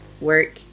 work